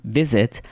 visit